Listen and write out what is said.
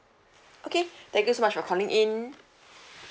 okay thank you so much for calling in